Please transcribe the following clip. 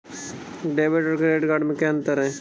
Debit और credit में क्या अंतर है?